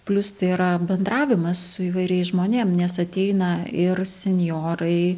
plius tai yra bendravimas su įvairiais žmonėm nes ateina ir senjorai